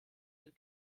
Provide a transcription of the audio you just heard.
den